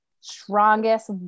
strongest